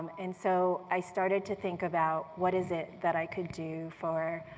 and so i started to think about what is it that i could do for